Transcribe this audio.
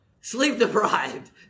Sleep-deprived